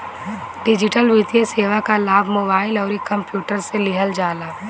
digital वित्तीय सेवा कअ लाभ मोबाइल अउरी कंप्यूटर से लिहल जाला